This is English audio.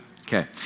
Okay